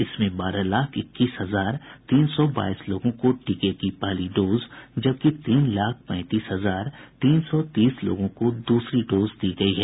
इसमें बारह लाख इक्कीस हजार तीन सौ बाईस लोगों को टीके की पहली डोज जबकि तीन लाख पैंतीस हजार तीन सौ तीस लोगों को दूसरी डोज दी गयी है